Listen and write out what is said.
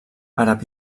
àrab